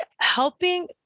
helping